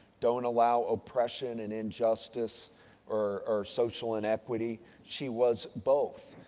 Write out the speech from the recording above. don't allow oppression and injustice or social inequity. she was both.